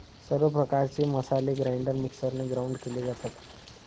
सर्व प्रकारचे मसाले ग्राइंडर मिक्सरने ग्राउंड केले जातात